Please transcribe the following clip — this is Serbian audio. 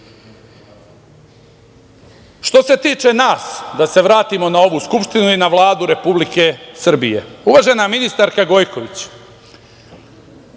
se tiče nas, da se vratimo na ovu Skupštinu i na Vladu Republike Srbije, uvažena ministarka Gojković,